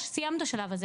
סיימנו את השלב הזה.